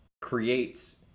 creates